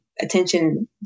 attention